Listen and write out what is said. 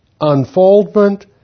unfoldment